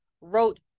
wrote